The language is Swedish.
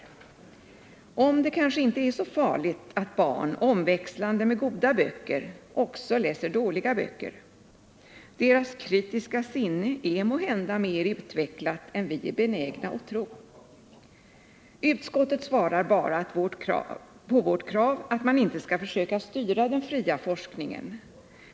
Vi borde få klarhet i om det kanske inte är så farligt att barn omväxlande med goda böcker också läser dåliga böcker. Deras kritiska sinne är måhända mer utvecklat än vi är benägna att tro. På vårt krav svarar utskottet bara att man inte skall försöka styra den fria forskningen.